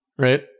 right